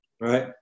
Right